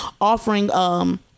offering